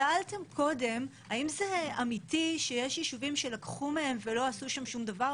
שאלתם קודם אם זה אמיתי שיש ישובים שלקחו מהם ולא עשו שם שום דבר.